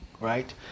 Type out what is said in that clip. right